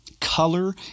color